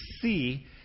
see